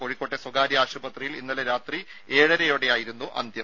കോഴിക്കോട്ടെ സ്വകാര്യ ആശുപത്രിയിൽ ഇന്നലെ രാത്രി ഏഴരയോടെയായിരുന്നു അന്ത്യം